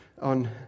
on